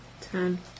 ten